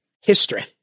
History